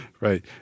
Right